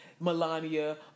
melania